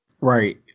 Right